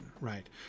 right